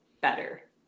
better